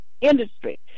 industry